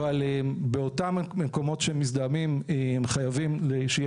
אבל באותם מקומות שמזדהמים חייבים שיהיה